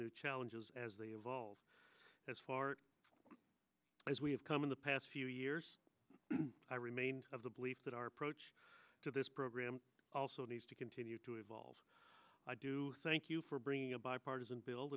new challenges as they evolve as far as we have come in the past few years i remain of the belief that our approach to this program also needs to continue to evolve i do thank you for bringing a bipartisan bil